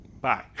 bye